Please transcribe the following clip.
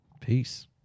Peace